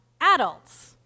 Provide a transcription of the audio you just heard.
adults